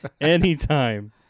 anytime